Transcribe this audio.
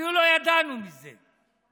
אפילו לא ידענו מזה.